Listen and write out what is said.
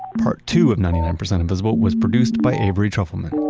part two of ninety nine percent invisible was produced by avery trufelman.